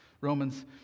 Romans